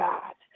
God